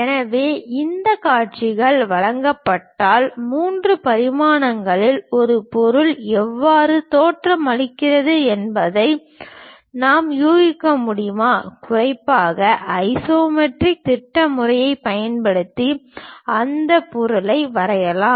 எனவே இந்த காட்சிகள் வழங்கப்பட்டால் மூன்று பரிமாணங்களில் ஒரு பொருள் எவ்வாறு தோற்றமளிக்கிறது என்பதை நாம் யூகிக்க முடியுமா குறிப்பாக ஐசோமெட்ரிக் திட்ட முறையைப் பயன்படுத்தி அந்த பொருளை வரையலாம்